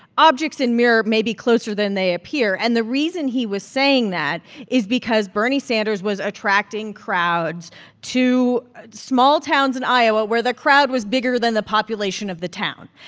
objects in mirror may be closer than they appear. and the reason he was saying that is because bernie sanders was attracting crowds to small towns in iowa where the crowd was bigger than the population of the town.